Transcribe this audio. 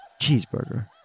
Cheeseburger